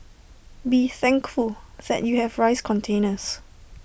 be thankful that you have rice containers